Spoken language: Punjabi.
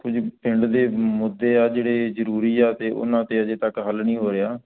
ਕੁਝ ਪਿੰਡ ਦੇ ਮੁੱਦੇ ਆ ਜਿਹੜੇ ਜ਼ਰੂਰੀ ਆ ਅਤੇ ਉਹਨਾਂ 'ਤੇ ਅਜੇ ਤੱਕ ਹੱਲ ਨਹੀਂ ਹੋ ਰਿਹਾ